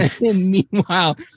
meanwhile